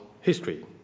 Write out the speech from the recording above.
history